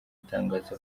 atangaza